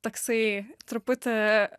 toksai truputį